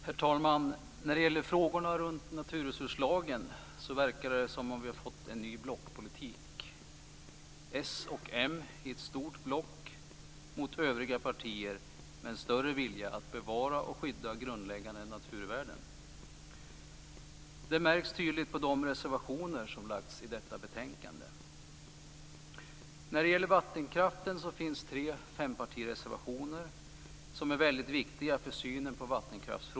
Herr talman! Det verkar som om vi har fått en ny blockpolitik när det gäller frågorna om naturresurslagen, nämligen Socialdemokraterna och Moderaterna i ett stort block mot övriga partier med en större vilja att bevara och skydda grundläggande naturvärden. Det märks tydligt på de reservationer som lagts fram med anledning av detta betänkande. Det finns tre fempartimotioner om vattenkraften. De är mycket viktiga för synen på vattenkraften.